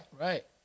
Right